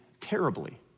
terribly